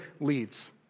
leads